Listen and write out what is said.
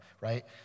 right